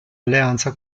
alleanza